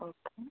okay